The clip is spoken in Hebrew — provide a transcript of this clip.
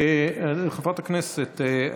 חברת הכנסת,